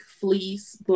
fleece